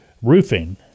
Roofing